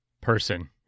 person